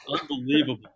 Unbelievable